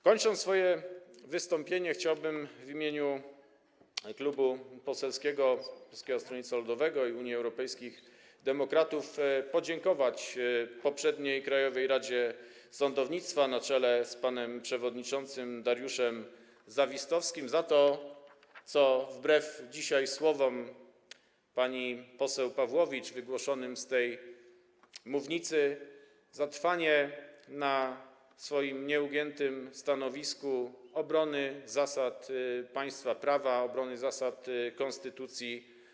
Kończąc swoje wystąpienie, chciałbym w imieniu Klubu Poselskiego Polskiego Stronnictwa Ludowego - Unii Europejskich Demokratów podziękować poprzedniej Krajowej Radzie Sądownictwa na czele z panem przewodniczącym Dariuszem Zawistowskim, wbrew słowom pani poseł Pawłowicz wygłoszonym dzisiaj z tej mównicy, za trwanie na swoim nieugiętym stanowisku obrony zasad państwa prawa, obrony zasad konstytucji.